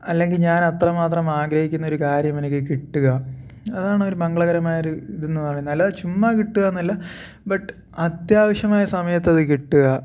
അല്ലെങ്കിൽ ഞാൻ അത്ര മാത്രം ആഗ്രഹിക്കുന്ന ഒരു കാര്യമെനിക്ക് കിട്ടുക അതാണൊരു മംഗളകരമായൊരു ഇതെന്ന് പറയുന്നത് അല്ലാതെ ചുമ്മാ കിട്ടുക എന്നല്ല ബട്ട് അത്യാവശ്യമായ സമയത്ത് അത് കിട്ടുക